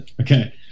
Okay